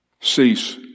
cease